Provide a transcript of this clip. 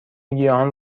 گیاهان